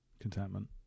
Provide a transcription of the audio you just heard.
contentment